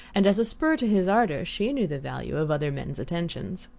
and as a spur to his ardour she knew the value of other men's attentions.